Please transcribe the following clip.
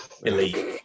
Elite